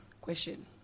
question